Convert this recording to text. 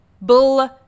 Bull